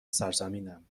سرزمینم